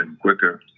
quicker